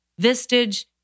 Vistage